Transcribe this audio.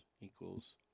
equals